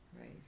Right